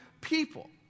people